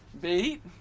Beat